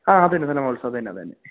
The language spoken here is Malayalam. ആ അതുതന്നെ അതുതന്നെ അതുതന്നെ